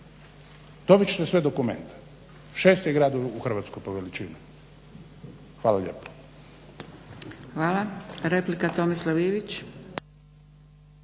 Dobit ćete sve dokumente, šest je grad po Hrvatskoj po veličini. Hvala lijepa. **Zgrebec, Dragica